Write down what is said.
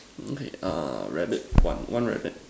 okay err rabbit one one rabbit